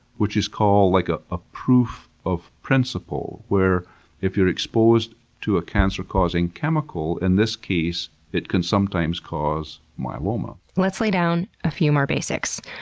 which is called, like ah a proof of principle where if you're exposed to a cancer-causing chemical, in this case, it can sometimes cause myeloma. let's lay down a few more basics.